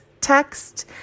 text